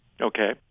Okay